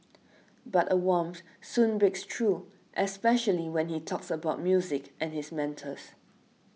but a warmth soon breaks through especially when he talks about music and his mentors